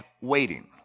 waiting